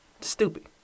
stupid